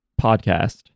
podcast